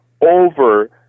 over